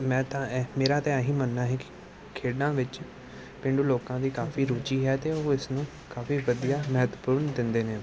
ਮੈਂ ਤਾਂ ਇਹ ਮੇਰਾ ਤਾਂ ਇਹੀ ਮੰਨਣਾ ਹੈ ਕਿ ਖੇਡਾਂ ਵਿੱਚ ਪੇਂਡੂ ਲੋਕਾਂ ਦੀ ਕਾਫੀ ਰੁਚੀ ਹੈ ਅਤੇ ਉਹ ਇਸ ਨੂੰ ਕਾਫੀ ਵਧੀਆ ਮਹੱਤਵਪੂਰਨ ਦਿੰਦੇ ਨੇ